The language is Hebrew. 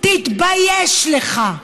תתבייש לך.